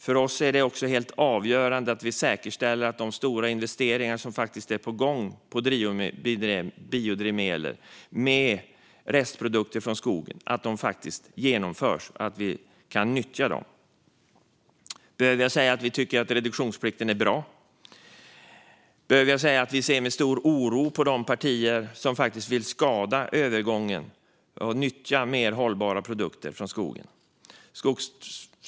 För oss är det helt avgörande att säkerställa att de stora investeringar som är på gång för biodrivmedlen med restprodukter från skogen faktiskt genomförs, så att vi kan nyttja dem. Behöver jag säga att vi tycker att reduktionsplikten är bra? Behöver jag säga att vi ser med stor oro på de partier som vill skada övergången till att nyttja mer hållbara produkter från skogen?